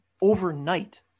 overnight